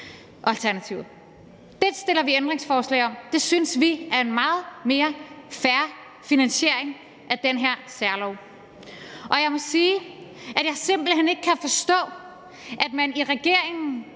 Det stiller vi ændringsforslag om. Det synes vi er en meget mere fair finansiering af den her særlov. Og jeg må sige, at jeg simpelt hen ikke kan forstå, at man i regeringen